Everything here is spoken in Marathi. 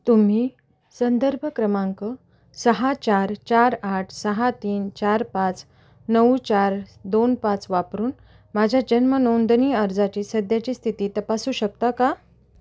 तुम्ही संदर्भ क्रमांक सहा चार चार आठ सहा तीन चार पाच नऊ चार दोन पाच वापरून माझ्या जन्मनोंदणी अर्जाची सध्याची स्थिती तपासू शकता का